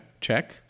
Check